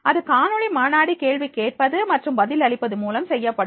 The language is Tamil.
அது காணொளி மாநாடு கேள்வி கேட்பது மற்றும் பதில் அளிப்பது மூலம் செய்யப்படும்